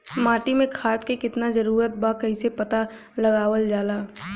माटी मे खाद के कितना जरूरत बा कइसे पता लगावल जाला?